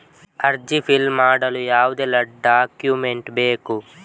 ಅರ್ಜಿ ಫಿಲ್ ಮಾಡಲು ಯಾವುದೆಲ್ಲ ಡಾಕ್ಯುಮೆಂಟ್ ಬೇಕು?